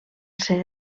ser